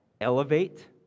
elevate